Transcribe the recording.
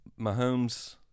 Mahomes